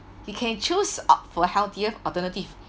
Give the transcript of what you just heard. you can choose opt for a healthier alternative